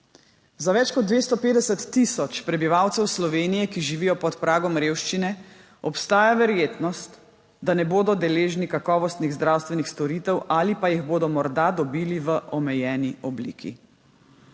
Za več kot 250 tisoč prebivalcev Slovenije, ki živijo pod pragom revščine, obstaja verjetnost, da ne bodo deležni kakovostnih zdravstvenih storitev ali pa jih bodo morda dobili v omejeni obliki.